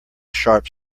sharp